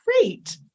great